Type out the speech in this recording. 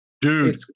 Dude